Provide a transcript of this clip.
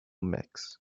mix